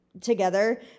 together